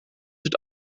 dit